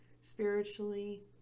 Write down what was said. spiritually